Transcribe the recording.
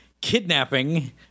kidnapping